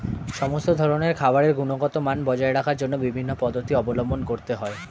সমস্ত ধরনের খাবারের গুণগত মান বজায় রাখার জন্য বিভিন্ন পদ্ধতি অবলম্বন করতে হয়